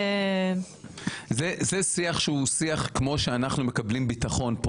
זה שיח שהוא שיח כמו שאנחנו צורכים